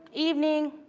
evening,